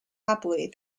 happily